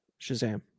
Shazam